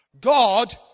God